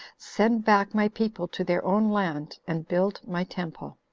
send back my people to their own land, and build my temple.